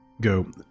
go